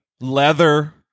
leather